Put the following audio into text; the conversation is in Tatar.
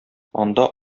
анда